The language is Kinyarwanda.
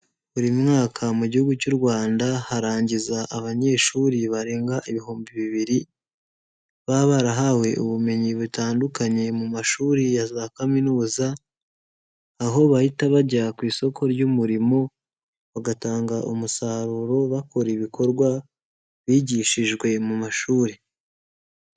Buri mwaka mu gihugu cy'u Rwanda harangiza abanyeshuri barenga ibihumbi bibiri baba barahawe ubumenyi butandukanye mu mashuri ya za kaminuza, aho bahita bajya ku isoko ry'umurimo bagatanga umusaruro bakora ibikorwa bigishijwe mu mashuri.